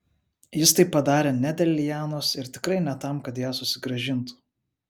jis tai padarė ne dėl lianos ir tikrai ne tam kad ją susigrąžintų